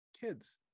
kids